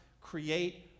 create